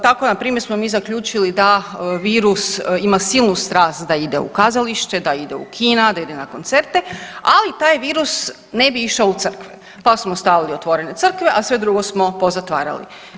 Tako npr. smo mi zaključili da virus ima silnu strast da ide u kazalište, da ide u kina, da ide na koncerte, ali taj virus ne bi išao u crkve, pa smo ostavili otvorene crkve, a sve drugo smo pozatvarali.